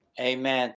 Amen